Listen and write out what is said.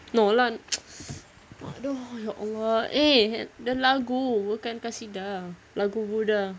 no lah !aduh! ya !alah! eh the lagu bukan qasidah lagu burdah